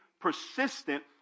persistent